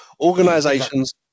Organizations